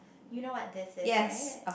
you know what this is right